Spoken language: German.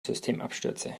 systemabstürze